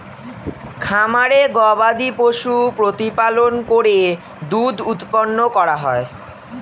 খামারে গবাদিপশু প্রতিপালন করে দুধ উৎপন্ন করা হয়